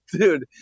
dude